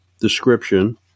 description